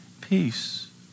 peace